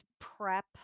prep